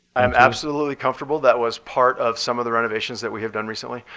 i'm absolutely comfortable. that was part of some of the renovations that we have done recently.